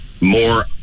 more